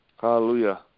Hallelujah